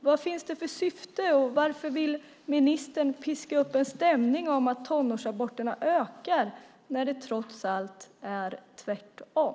Vad finns det för syfte och varför vill ministern piska upp stämningen och säga att tonårsaborterna ökar när det trots allt är tvärtom?